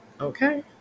okay